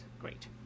great